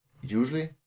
usually